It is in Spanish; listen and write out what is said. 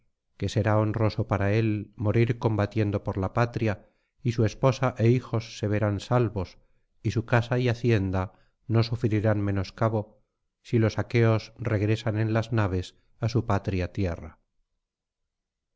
que será honroso para él morir combatiendo por la patria y su esposa é hijos se verán salvos y su casa y hacienda no sufrirán menoscabo si los aqueos regresan en las naves á su patria tierra